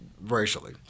racially